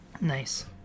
Nice